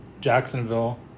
Jacksonville